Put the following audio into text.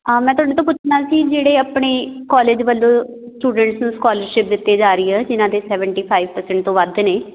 ਹਾਂ ਮੈਂ ਤੁਹਾਡੇ ਤੋਂ ਪੁੱਛਣਾ ਸੀ ਜਿਹੜੇ ਆਪਣੇ ਕੋਲਜ ਵੱਲੋਂ ਸਟੂਡੈਂਟਸ ਨੂੰ ਸਕੋਲਰਸ਼ਿਪ ਦਿੱਤੀ ਜਾ ਰਹੀ ਹੈ ਜਿਹਨਾਂ ਦੇ ਸੈਵਨਟੀ ਫਾਈਵ ਪਰਸੈਂਟ ਤੋਂ ਵੱਧ ਨੇ